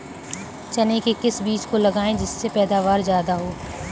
चने के किस बीज को लगाएँ जिससे पैदावार ज्यादा हो?